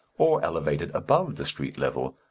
or elevated above the street level,